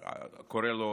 קורא לו "הרפורמה"